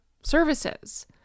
services